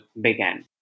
began